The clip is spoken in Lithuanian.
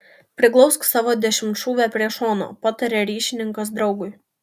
priglausk savo dešimtšūvę prie šono pataria ryšininkas draugui